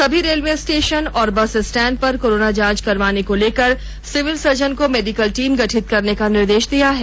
सभी railway station एवं bus stand पर कोरोना जांच करवाने को लेकर सिविल सर्जन को मेडिकल टीम गठित करने का निर्देश दिया है